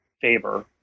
favor